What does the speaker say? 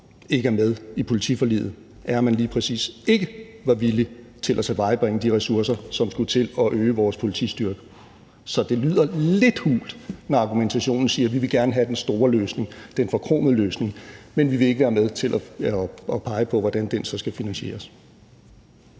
ikke er med i politiforliget, er, at man lige præcis ikke var villig til at tilvejebringe de ressourcer, som skulle til for at øge vores politistyrke. Så det lyder lidt hult, at argumentationen er, at man gerne vil have den store løsning, den forkromede løsning, når man ikke vil være med til at pege på, hvordan den så skal finansieres.